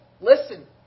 Listen